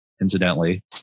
incidentally